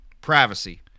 privacy